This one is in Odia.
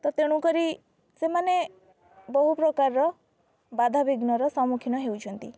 ତ ତେଣୁ କରି ସେମାନେ ବହୁ ପ୍ରକାରର ବାଧା ବିଘ୍ନର ସମ୍ମୁଖୀନ ହେଉଛନ୍ତି